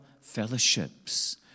fellowships